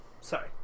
Sorry